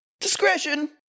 Discretion